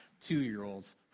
two-year-olds